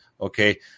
Okay